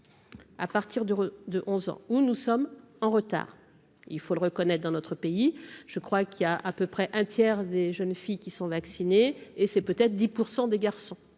à partir de, de 11 ans où nous sommes en retard, il faut le reconnaître dans notre pays, je crois qu'il y a à peu près un tiers des jeunes filles qui sont vaccinés et c'est peut-être 10 % des garçons